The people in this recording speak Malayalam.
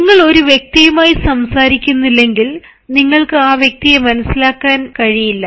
നിങ്ങൾ ഒരു വ്യക്തിയുമായി സംസാരിക്കുന്നില്ലെങ്കിൽ നിങ്ങൾക്ക് ആ വ്യക്തിയെ മനസ്സിലാക്കാൻ കഴിയില്ല